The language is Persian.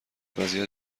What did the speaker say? وضعیت